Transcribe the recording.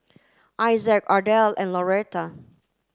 Isaac Ardelle and Loretta